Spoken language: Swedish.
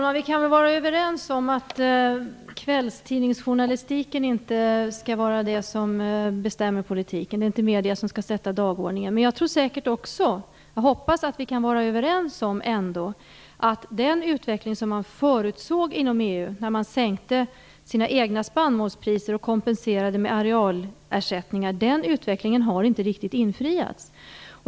Herr talman! Vi kan vara överens om att kvällstidningsjournalistiken inte skall vara den som bestämmer politiken. Det är inte medierna som skall fastställa dagordningen. Men jag tror och hoppas att vi ändå kan vara överens om att den förhoppning som man inom EU hade när man sänkte sina spannmålspriser och kompenserade med arealersättningar har inte riktigt infriats.